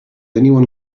anyone